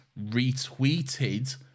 retweeted